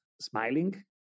smiling